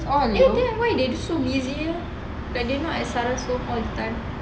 eh then why they so busy like they are not at sara's home all the time